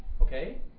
Okay